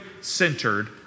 centered